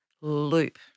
loop